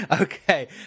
Okay